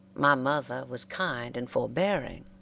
my mother was kind and forbearing